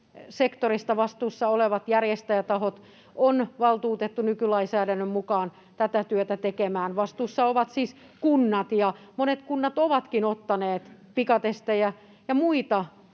terveyssektorista vastuussa olevat järjestäjätahot on valtuutettu nykylainsäädännön mukaan tätä työtä tekemään. Vastuussa ovat siis kunnat, ja monet kunnat ovatkin ottaneet pikatestejä ja muita